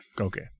Okay